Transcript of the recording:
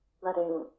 Letting